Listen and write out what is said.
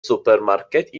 supermarket